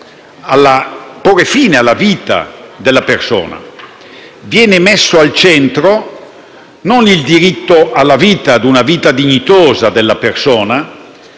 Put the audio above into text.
come porre fine alla vita della persona. Viene messo al centro non il diritto alla vita, a una vita dignitosa della persona,